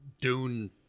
Dune